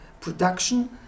production